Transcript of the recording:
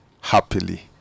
happily